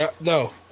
No